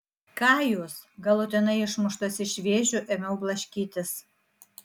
ką jūs galutinai išmuštas iš vėžių ėmiau blaškytis